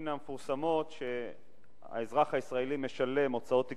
מן המפורסמות שהאזרח הישראלי משלם הוצאות תקשורת,